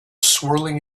swirling